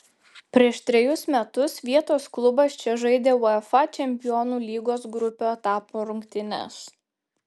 prieš trejus metus vietos klubas čia žaidė uefa čempionų lygos grupių etapo rungtynes